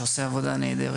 שעושה עבודה נהדרת.